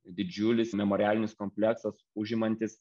didžiulis memorialinis kompleksas užimantis